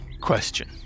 Question